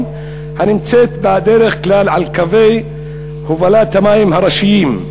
הנמצאת בדרך כלל על קווי הובלת המים הראשיים.